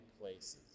places